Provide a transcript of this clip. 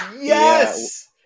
Yes